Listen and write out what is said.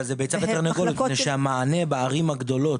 אבל זה הביצה והתרנגולת כי המענה הסוציאלי בערים הגדולות